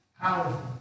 powerful